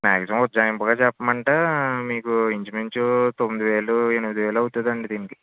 maximum ఉజ్జాయింపుగా చెప్పమంటే మీకు ఇంచుమించు తొమ్మిది వేలు ఎనిమిది వేలు అవుతుందండి దీనికి